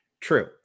True